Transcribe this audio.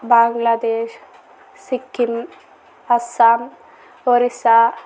Bangladesh Sikkim Assam Orissa